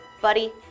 buddy